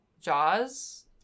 Jaws